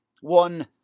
One